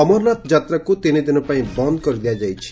ଅମରନାଥ ଯାତ୍ରାକୁ ତିନିଦିନ ପାଇଁ ବନ୍ଦ କରିଦିଆ ଯାଇଛି